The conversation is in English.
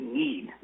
need